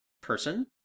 Person